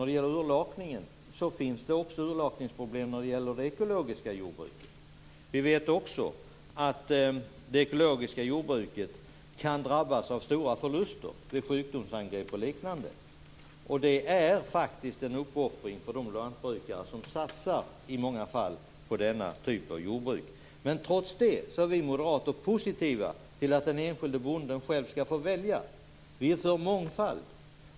Det finns även urlakningsproblem med det ekologiska jordbruket. Vi vet också att det ekologiska jordbruket kan drabbas av stora förluster vid sjukdomsangrepp och liknande. Det är faktiskt i många fall en uppoffring för de lantbrukare som satsar på denna typ av jordbruk. Men trots det är vi moderater positiva till att den enskilde bonden själv skall få välja. Vi är för mångfald.